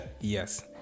yes